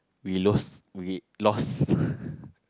we lost we lost